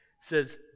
says